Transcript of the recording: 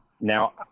Now